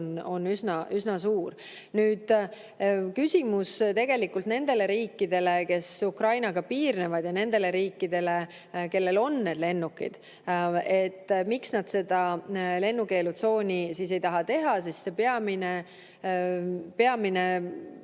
üsna suur. Küsimus on tegelikult nendele riikidele, kes Ukrainaga piirnevad, ja nendele riikidele, kellel on lennukeid, et miks nad seda lennukeelutsooni siis ei taha teha. Peamine